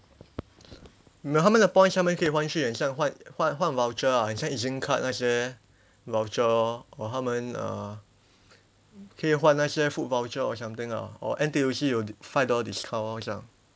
没有他们的 points 他们可以换一些很像换换换 voucher ah 很像 EZ-link card 那些 voucher lor or 他们 uh 可以换那些 food voucher or something lah or N_T_U_C 有 five dollar discount lor 这样